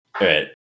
Right